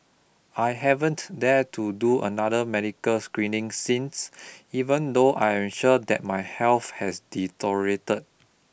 I haven't dared to do another medical screening since even though I am sure that my health has deteriorated